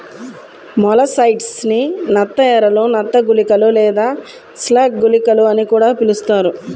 molluscicides ని నత్త ఎరలు, నత్త గుళికలు లేదా స్లగ్ గుళికలు అని కూడా పిలుస్తారు